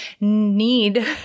need